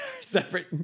separate